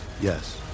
Yes